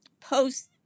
post